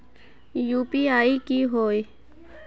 UPI की होय है?